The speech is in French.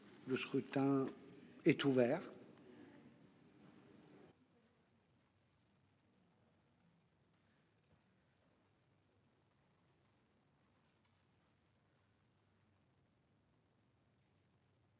Le scrutin est ouvert.